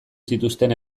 zituzten